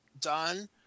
done